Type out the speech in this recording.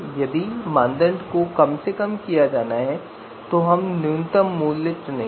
यदि मानदंड को कम से कम करना है तो हम न्यूनतम मान चुनेंगे